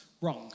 wrong